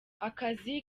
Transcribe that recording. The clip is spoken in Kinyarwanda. akazi